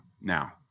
now